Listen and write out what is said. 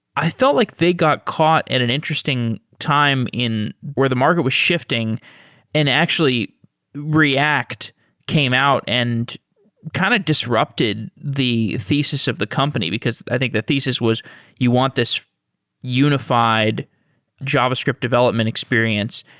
i felt like they got caught at an interesting time where the market was shifting and actually react came out and kind of disrupted the thesis of the company, because i think the thesis was you want this unified javascript development experience.